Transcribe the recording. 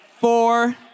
four